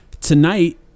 tonight